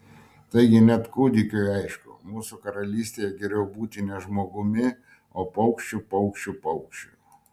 taigi net kūdikiui aišku mūsų karalystėje geriau būti ne žmogumi o paukščiu paukščiu paukščiu